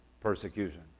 persecution